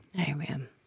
Amen